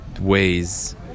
ways